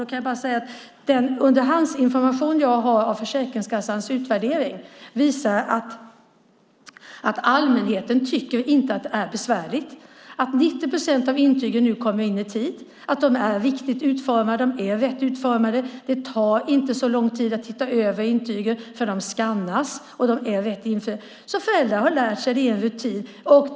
Då kan jag säga att den underhandsinformation jag har från Försäkringskassans utvärdering visar att allmänheten inte tycker att det är besvärligt. 90 procent av intygen kommer nu in i tid. De är riktigt utformade. De är rätt utformade. Det tar inte så lång tid att se över intygen, för de skannas, och de är rätt ifyllda. Föräldrar har lärt sig. Det är en rutin.